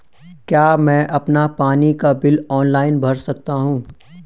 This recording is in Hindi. क्या मैं अपना पानी का बिल ऑनलाइन भर सकता हूँ?